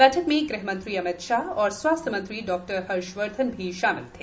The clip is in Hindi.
बैठक में गृहमंत्री अमितशाह और स्वास्थ्य मंत्री डॉक्टर हर्षवर्धन भी शामिल थे